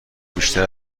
بیشتر